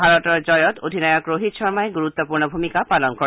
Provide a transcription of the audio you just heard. ভাৰতৰ জয়ত অধিনায়ক ৰোহিত শৰ্মাই গুৰুত্বপূৰ্ণ ভূমিকা পালন কৰে